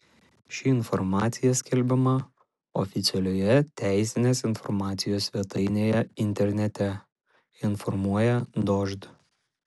ši informacija skelbiama oficialioje teisinės informacijos svetainėje internete informuoja dožd